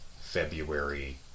February